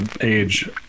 age